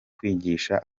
kwigisha